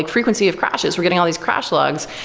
frequency of crashes. we're getting all these crash logs.